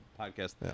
podcast